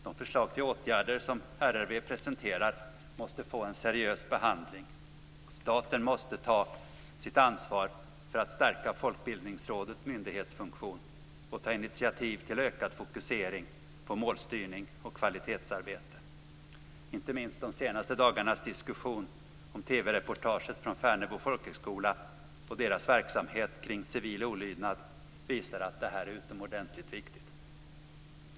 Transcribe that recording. De förslag till åtgärder som RRV presenterar måste få en seriös behandling. Staten måste ta sitt ansvar för att stärka Folkbildningsrådets myndighetsfunktion och ta initiativ till ökad fokusering på målstyrning och kvalitetsarbete. Inte minst de senaste dagarnas diskussion om TV-reportaget från Färnebo folkhögskola och deras verksamhet kring civil olydnad visar att det är utomordentligt viktigt.